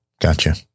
Gotcha